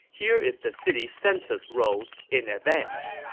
here is the city's census rolls in advance.